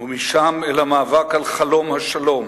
משם אל המאבק על חלום השלום,